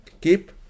keep